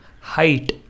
height